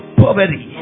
poverty